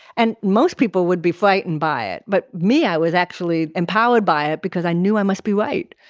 and most people would be frightened by it, but me, i was actually empowered by it because i knew i must be right.